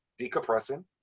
decompressing